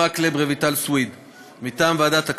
ועדת הכנסת החליטה בישיבתה היום על הקמת ועדה משותפת לוועדת החוקה,